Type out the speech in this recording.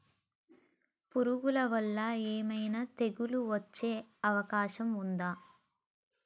పురుగుల వల్ల ఏమైనా తెగులు వచ్చే అవకాశం ఉందా?